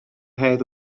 hedd